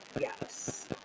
yes